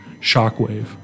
shockwave